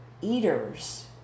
eaters